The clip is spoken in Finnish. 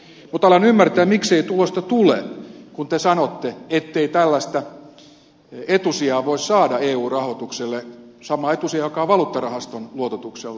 mutta alan ymmärtää miksi ei tulosta tule kun te sanotte ettei tällaista etusijaa voi saada eu rahoitukselle samaa etusijaa joka on valuuttarahaston luototuksella